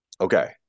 Okay